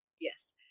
Yes